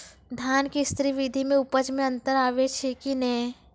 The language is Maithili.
धान के स्री विधि मे उपज मे अन्तर आबै छै कि नैय?